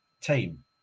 team